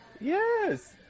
yes